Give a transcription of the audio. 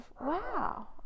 wow